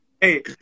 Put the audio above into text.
hey